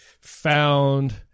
found